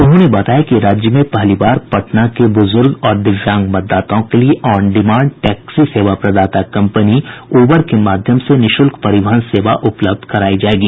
उन्होंने बताया कि राज्य में पहली बार पटना के ब्रज़ुर्ग और दिव्यांग मतदाताओं के लिए ऑन डिमांड टैक्सी सेवा प्रदाता कम्पनी उबर के माध्यम से निःशूल्क परिवहन सेवा उपलब्ध करायी जायेगी